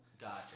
Gotcha